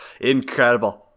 Incredible